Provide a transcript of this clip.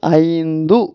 ஐந்து